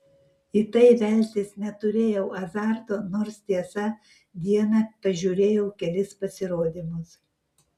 į tai veltis neturėjau azarto nors tiesa dieną pažiūrėjau kelis pasirodymus